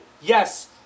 yes